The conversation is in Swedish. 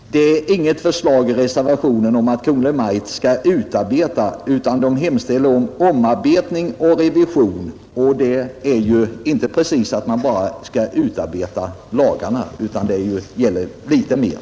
Fru talman! Det är inget förslag i reservationen om att Kungl. Maj:t skall utarbeta, utan man hemställer om omarbetning och revision, och det är inte precis att man bara skall utarbeta lagarna, utan det gäller litet mer.